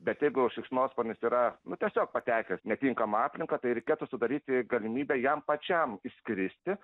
bet jeigu šikšnosparnis yra nu tiesiog patekęs į netinkamą aplinką tai reikėtų sudaryti galimybę jam pačiam išskristi